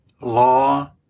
law